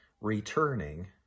returning